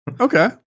Okay